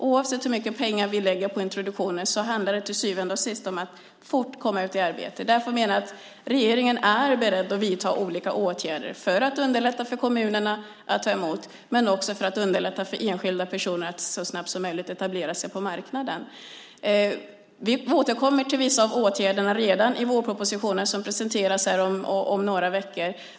Oavsett hur mycket pengar vi lägger på introduktionen handlar det till syvende och sist om att fort komma ut i arbete. Regeringen är beredd att vidta olika åtgärder för att underlätta för kommunerna att ta emot men också för att underlätta för enskilda personer att så fort som möjligt etablera sig på arbetsmarknaden. Vi återkommer till vissa av åtgärderna redan i vårpropositionen som presenteras om några veckor.